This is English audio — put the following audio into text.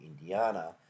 indiana